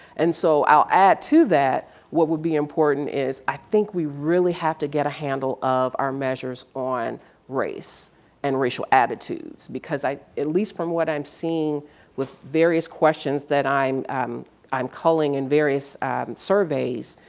and so i'll add to that, what would be important is i think we really have to get a handle of our measures on race and racial attitudes because i at least from what i'm seeing with various questions that i'm um i'm culling in various surveys,